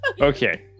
Okay